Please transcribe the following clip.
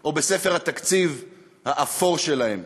או בספר התקציב האפור שלהם.